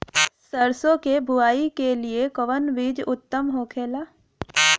सरसो के बुआई के लिए कवन बिज उत्तम होखेला?